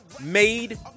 made